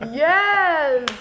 yes